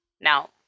Now